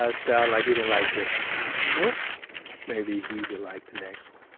ah sound like he didn't like this one nope maybe he will like the next one.